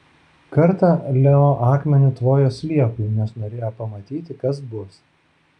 kartą leo akmeniu tvojo sliekui nes norėjo pamatyti kas bus